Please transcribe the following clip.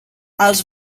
els